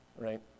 right